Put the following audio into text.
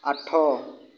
ଆଠ